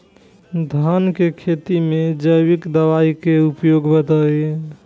धान के खेती में जैविक दवाई के उपयोग बताइए?